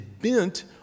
bent